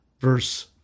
verse